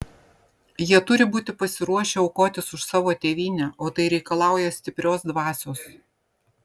jie turi būti pasiruošę aukotis už savo tėvynę o tai reikalauja stiprios dvasios